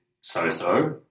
so-so